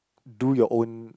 do your own